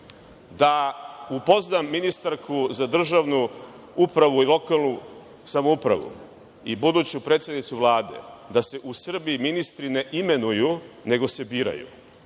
Da upoznam ministarku za državnu upravu i lokalnu samoupravu i buduću predsednicu Vlade da se u Srbiji ministri ne imenuju, nego se biraju.